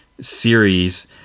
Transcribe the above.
series